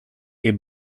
est